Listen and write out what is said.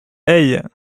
hey